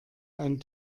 ein